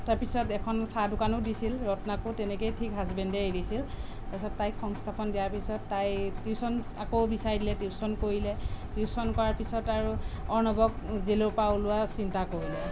তাৰ পিছত এখন চাহ দোকানো দিছিল ৰত্নাকো তেনেকেই ঠিক হাজবেণ্ডে এৰিছিল তাৰপিছত তাইক সংস্থাপন দিয়াৰ পিছত তাই টিউচন আকৌ বিচাৰি দিলে টিউচন কৰিলে টিউচন কৰাৰ পিছত আৰু অৰ্ণৱক জেলৰ পৰা ওলোৱা চিন্তা কৰিলে